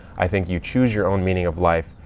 i think you choose your own meaning of life.